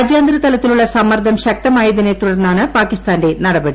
രാജ്യാന്തര തലത്തിലുള്ള സമ്മർദ്ദം ശക്തമായതിനെ ്തുടർന്നാണ് പാകിസ്ഥാന്റെ നടപടി